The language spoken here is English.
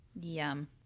yum